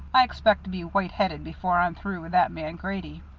i expect to be white-headed before i'm through with that man grady.